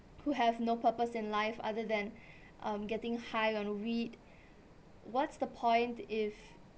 who have no purpose in life other than um getting high on weed what's the point if